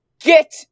get